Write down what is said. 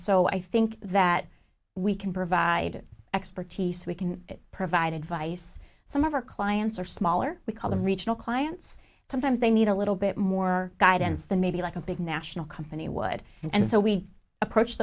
so i think that we can provide it expertise we can provide advice some of our clients are smaller we call them regional clients sometimes they need a little bit more guidance than maybe like a big national company wide and so we approach